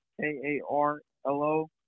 K-A-R-L-O